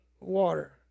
water